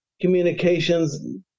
communications